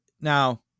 Now